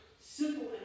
simple